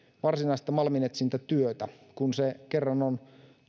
varsinaista malminetsintätyötä kun se kerran on